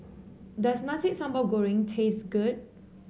does Nasi Sambal Goreng taste good